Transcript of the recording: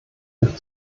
durch